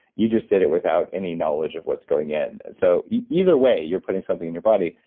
you just did it without any knowledge of what's going in. so, either way you're putting something in your body,